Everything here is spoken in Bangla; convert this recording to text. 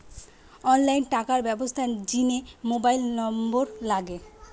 অনলাইন টাকার ব্যবস্থার জিনে মোবাইল নম্বর লাগে